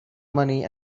money